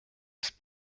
ist